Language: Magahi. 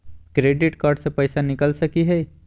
क्रेडिट कार्ड से पैसा निकल सकी हय?